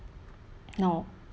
no